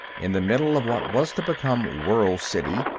in the middle of what was to become world city,